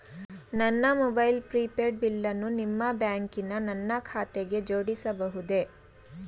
ನನ್ನ mobile prepaid ಬಿಲ್ಲನ್ನು ನಿಮ್ಮ ಬ್ಯಾಂಕಿನ ನನ್ನ ಖಾತೆಗೆ ಜೋಡಿಸಬಹುದೇ?